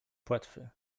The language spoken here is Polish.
płetwy